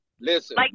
Listen